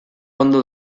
ondo